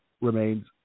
remains